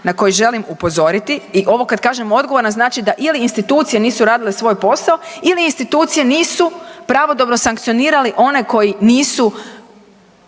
na koji želim upozoriti i ovo kad kažem odgovoran znači da ili institucije nisu radile svoj posao ili institucije nisu pravodobno sankcionirali one koji nisu